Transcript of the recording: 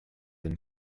than